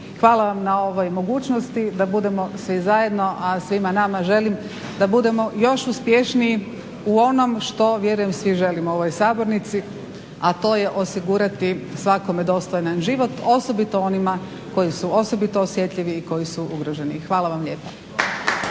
Hvala vam na ovoj mogućnosti da budemo svi zajedno, a svima nama želim da budemo još uspješniji u onom što vjerujem svi želimo u ovoj sabornici, a to je osigurati svakome dostojan život osobito onima koji su osobito osjetljivi i koji su ugroženi. Hvala vam lijepa.